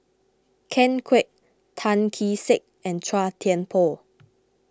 Ken Kwek Tan Kee Sek and Chua Thian Poh